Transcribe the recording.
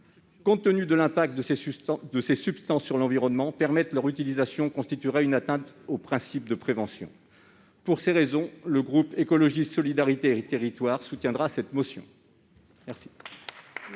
Compte tenu de l'impact de ces substances sur l'environnement, permettre leur utilisation constituerait une atteinte au principe de prévention. Pour ces raisons, le groupe Écologiste - Solidarité et Territoires soutiendra cette motion.